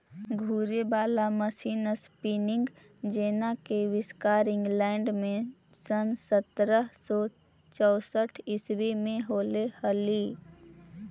घूरे वाला machine spinning jenny के आविष्कार इंग्लैंड में सन् सत्रह सौ चौसठ ईसवी में होले हलई